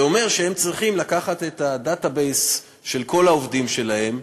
זה אומר שהם צריכים לקחת את ה-database של כל העובדים שלהם,